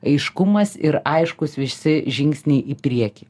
aiškumas ir aiškūs visi žingsniai į priekį